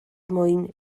mwyn